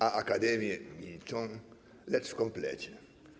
A Akademie milczą... lecz w komplecie˝